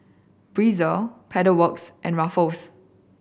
Breezer Pedal Works and Ruffles